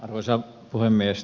arvoisa puhemies